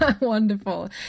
Wonderful